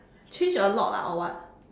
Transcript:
change a lot lah or what